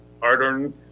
hard-earned